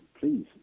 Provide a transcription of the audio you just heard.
please